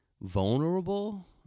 vulnerable